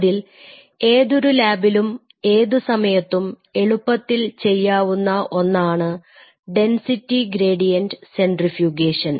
അതിൽ ഏതൊരു ലാബിലും ഏതുസമയത്തും എളുപ്പത്തിൽ ചെയ്യാവുന്ന ഒന്നാണ് ഡെൻസിറ്റി ഗ്രേഡിയന്റ് സെൻട്രിഫ്യൂഗേഷൻ